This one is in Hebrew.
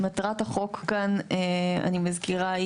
מטרת החוק כאן אני מזכירה,